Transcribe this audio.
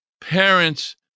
parents